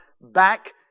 back